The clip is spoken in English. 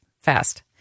fast